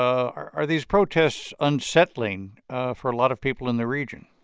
are are these protests unsettling for a lot of people in the region?